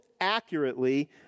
accurately